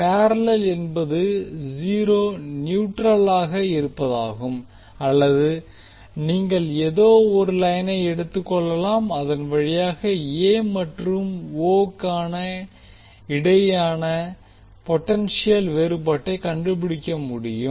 parallel என்பது zero நியூட்ரளாக இருப்பதாகும் அல்லது நீங்கள் ஏதோ ஒரு லைனை எடுத்துக்கொள்ளலாம் அதன் வழியாக மற்றும் க்கு இடையான பொடென்ஷியல் வேறுபாட்டை கன்டுபிடிக்க முடியும்